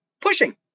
pushing